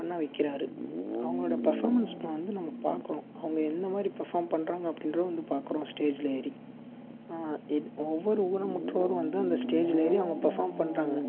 பண்ண வைக்கிறாரு அவங்களோட பெர்ஃபார்மன்ஸ் வந்து நம்ம பார்க்கறோ அவங்க எந்த மாறி பெர்ஃபார்ம் பண்ணுறாங்க அப்டின்ற வந்து பாக்கறோ ஸ்டேஜில் ஏறி ஒவ்வொரு ஊனமுற்றோரும் வந்து அந்த ஸ்டேஜில் ஏறி அவங்க பெர்ஃபார்ம் பண்ணுறாங்க